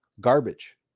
garbage